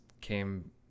came